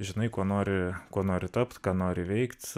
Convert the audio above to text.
žinai ko nori kuo nori tapt ką nori veikt